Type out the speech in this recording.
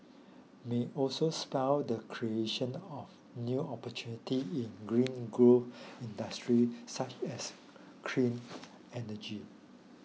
may also spur the creation of new opportunity in green growth industry such as clean energy